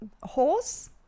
Horse